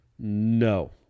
no